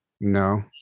no